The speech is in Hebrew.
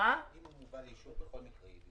שצריך בעניין הזה.